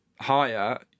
higher